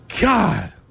God